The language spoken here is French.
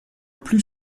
plus